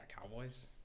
Cowboys